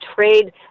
trade